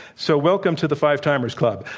so, welcome to the five-timers club.